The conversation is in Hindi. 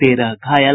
तेरह घायल